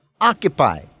occupy